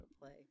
play